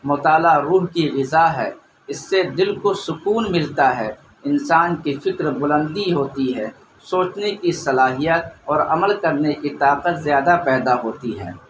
مطالعہ روح کی غذا ہے اس سے دل کو سکون ملتا ہے انسان کی فکر بلندی ہوتی ہے سوچنے کی صلاحیت اور عمل کرنے کی طاقت زیادہ پیدا ہوتی ہے